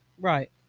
right